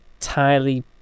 entirely